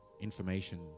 information